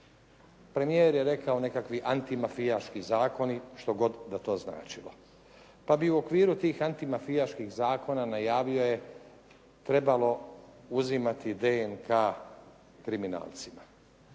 premijer je rekao nekakavi antimafijaški zakoni što god da to značilo. Pa bi u okviru tih antimafijaških zakona, najavio je, trebalo uzimati DNK kriminalcima.